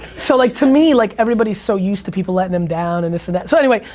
so like to me like everybody is so used to people letting them down, and this and that. so anyway,